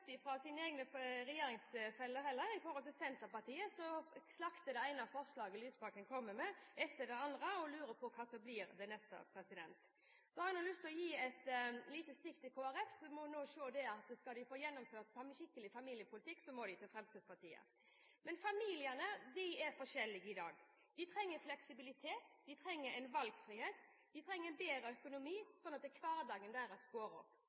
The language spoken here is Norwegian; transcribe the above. fra sine egne regjeringsfeller heller – Senterpartiet slakter det ene forslaget etter det andre Lysbakken kommer med, og lurer på hva som blir det neste. Så har jeg lyst til å gi et lite stikk til Kristelig Folkeparti, som nå må se at skal de få gjennomført en skikkelig familiepolitikk, må de til Fremskrittspartiet. Familiene er forskjellige i dag. De trenger fleksibilitet, de trenger valgfrihet, de trenger bedre økonomi, slik at hverdagen deres går opp.